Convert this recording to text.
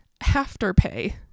Afterpay